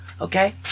Okay